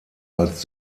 als